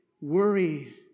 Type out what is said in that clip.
worry